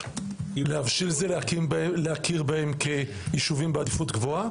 להבשיל זה להכיר בהם כיישובים בעדיפות גבוהה,